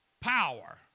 power